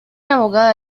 abogada